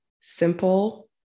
simple